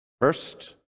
first